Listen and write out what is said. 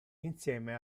insieme